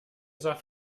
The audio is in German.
saft